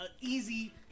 easy